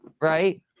right